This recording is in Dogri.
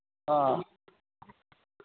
हां